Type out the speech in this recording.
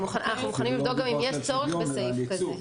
אנחנו מוכנים גם לבדוק אם יש צורך בסעיף כזה.